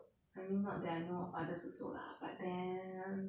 I mean not that I know of others also lah but then